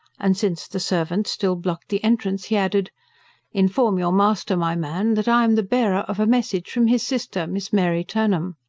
and since the servant still blocked the entrance he added inform your master, my man, that i am the bearer of a message from his sister, miss mary turnham.